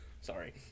Sorry